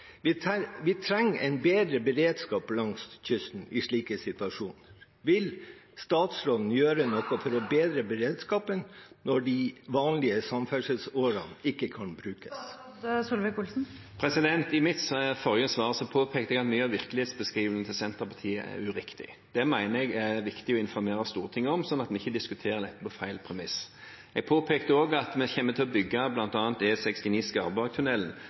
Vi trenger en bedre beredskap langs kysten i slike situasjoner. Vil statsråden gjøre noe for å bedre beredskapen når de vanlige samferdselsårene ikke kan brukes? I mitt forrige svar påpekte jeg at mye av virkelighetsbeskrivelsen til Senterpartiet er uriktig. Det mener jeg er viktig å informere Stortinget om, sånn at vi ikke diskuterer dette på feil premisser. Jeg påpekte også at vi kommer til å bygge